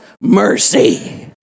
mercy